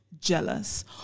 jealous